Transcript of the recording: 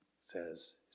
says